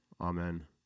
Amen